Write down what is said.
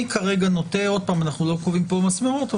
עוד פעם אנחנו לא קובעים פה מסמרות,